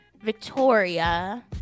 Victoria